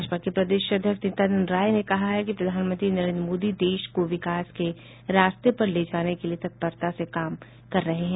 भाजपा के प्रदेश अध्यक्ष नित्यानंद राय ने कहा है कि प्रधानमंत्री नरेन्द्र मोदी देश को विकास के रास्ते पर ले जाने के लिए तत्परता से काम कर रहे हैं